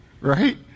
Right